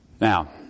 Now